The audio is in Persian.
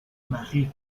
مخفیه